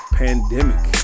pandemic